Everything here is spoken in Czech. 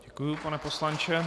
Děkuju, pane poslanče.